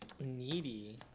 needy